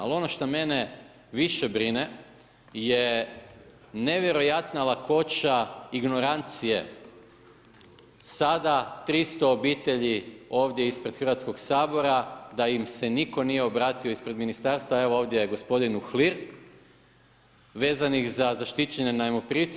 Ali ono šta mene više brine je nevjerojatna lakoća ignorancije sada 300 obitelji ovdje ispred Hrvatskog sabora da im se nitko nije obratio ispred ministarstva, evo ovdje je gospodin Uhlir vezano za zaštićene najmoprimce.